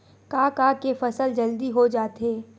का का के फसल जल्दी हो जाथे?